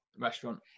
Restaurant